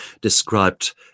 described